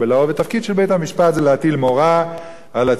התפקיד של בית-המשפט זה להטיל מורא על הציבור.